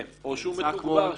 כן, או שהוא מתוגבר שם.